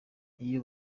iyo